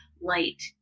light